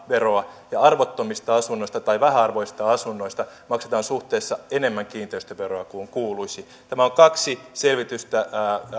ja arvottomista asunnoista tai vähäarvoisista asunnoista maksetaan suhteessa enemmän kiinteistöveroa kuin kuuluisi tämän on kaksi selvitystä